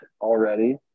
already